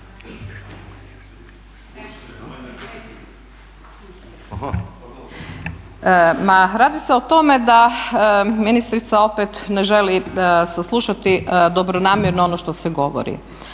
radi se o tome da ministrica opet ne želi saslušati dobronamjerno ono što se govori.